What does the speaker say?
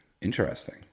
Interesting